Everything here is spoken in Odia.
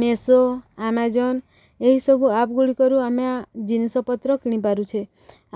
ମିସୋ ଆମାଜନ୍ ଏହିସବୁ ଆପ୍ ଗୁଡ଼ିକରୁ ଆମେ ଜିନିଷପତ୍ର କିଣିପାରୁଛେ